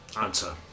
answer